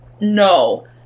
No